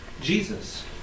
Jesus